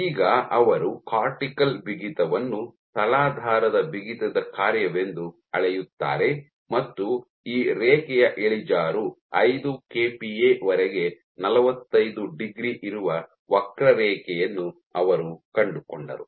ಈಗ ಅವರು ಕಾರ್ಟಿಕಲ್ ಬಿಗಿತವನ್ನು ತಲಾಧಾರದ ಬಿಗಿತದ ಕಾರ್ಯವೆಂದು ಅಳೆಯುತ್ತಾರೆ ಮತ್ತು ಈ ರೇಖೆಯ ಇಳಿಜಾರು ಐದು ಕೆಪಿಎ ವರೆಗೆ ನಲವತ್ತೈದು ಡಿಗ್ರಿ ಇರುವ ವಕ್ರರೇಖೆಯನ್ನು ಅವರು ಕಂಡುಕೊಂಡರು